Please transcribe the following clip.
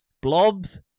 Blobs